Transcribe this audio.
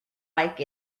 like